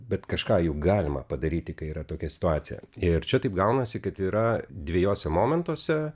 bet kažką juk galima padaryti kai yra tokia situacija ir čia taip gaunasi kad yra dvejuose momentuose